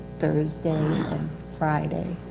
thursday and friday.